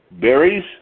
berries